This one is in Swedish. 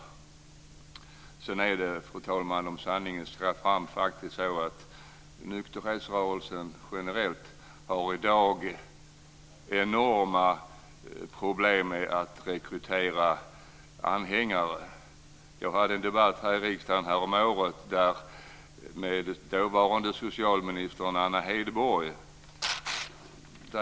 Om sanningen ska fram, fru talman, är det faktiskt så att nykterhetsrörelsen i dag generellt har enorma problem med att rekrytera anhängare. Jag deltog häromåret i en debatt här i riksdagen med dåvarande socialministern, Anna Hedborg.